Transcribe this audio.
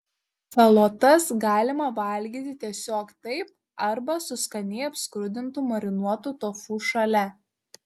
salotas galima valgyti tiesiog taip arba su skaniai apskrudintu marinuotu tofu šalia